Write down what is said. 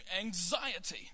anxiety